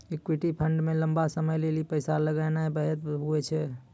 equity fund मे लंबा समय लेली पैसा लगौनाय बेहतर हुवै छै